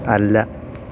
അല്ല